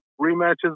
rematches